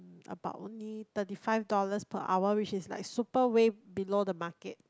about only thirty five dollars per hour which is like super way below the market